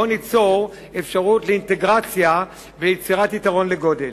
בואו ניצור אפשרות לאינטגרציה ויצירת יתרון לגודל.